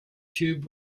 tube